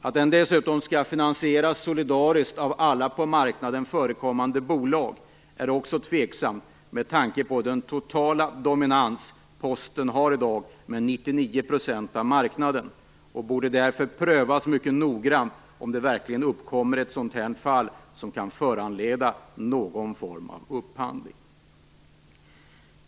Att den dessutom skall finansieras solidariskt av alla på marknaden förekommande bolag är också tveksamt, med tanke på den totala dominans som Posten har i dag, med 99 % av marknaden. Det borde därför prövas mycket noggrant om det verkligen kan uppkomma ett sådant här fall som föranleder någon form av upphandling.